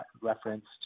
referenced